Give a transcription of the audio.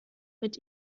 mit